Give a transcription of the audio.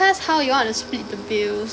how you want to split the bills